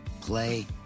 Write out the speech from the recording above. play